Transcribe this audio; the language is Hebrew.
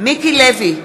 מיקי לוי,